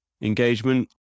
engagement